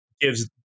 gives